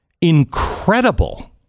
incredible